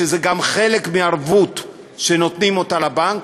שזה גם חלק מהערבות שנותנים לבנק.